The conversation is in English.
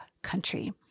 Country